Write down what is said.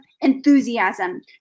enthusiasm